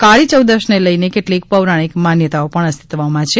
કાળિચૌદશને લઈને કેટલીક પૌરાણિક માન્યતાઓ પણ અસ્તિત્વમાં છે